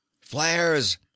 Flares